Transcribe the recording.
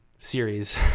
series